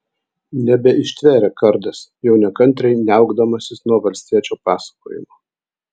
nebeištvėrė kardas jau nekantriai niaukdamasis nuo valstiečio pasakojimo